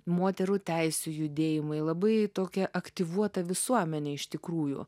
moterų teisių judėjimai labai tokia aktyvuota visuomenė iš tikrųjų